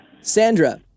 Sandra